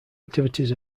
activities